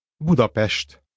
Budapest